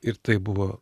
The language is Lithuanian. ir tai buvo